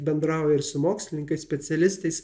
bendrauja ir su mokslininkais specialistais